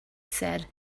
said